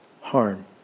harm